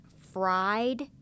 fried